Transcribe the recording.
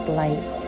light